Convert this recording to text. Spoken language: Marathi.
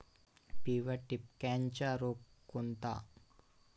पिवळ्या ठिपक्याचा रोग कोणता?